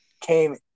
came